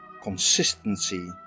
consistency